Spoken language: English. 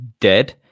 dead